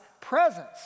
presence